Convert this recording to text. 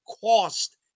cost